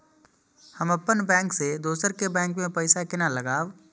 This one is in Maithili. हम अपन बैंक से दोसर के बैंक में पैसा केना लगाव?